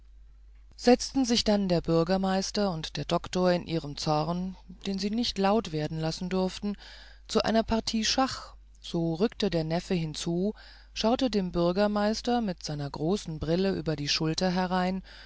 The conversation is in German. setzten sich dann der bürgermeister und der doktor in ihrem zorn den sie nicht laut werden lassen durften zu einer partie schach so rückte der neffe hinzu schaute dem bürgermeister mit seiner großen brille über die schulter herein